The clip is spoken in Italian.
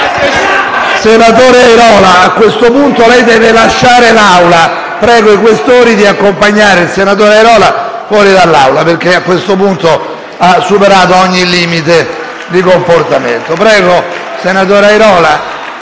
Senatore Airola, a questo punto lei deve lasciare l'Aula. Prego i senatori Questori di accompagnare il senatore Airola fuori dall'Aula, perché a questo punto ha superato ogni limite di comportamento*. (Applausi dal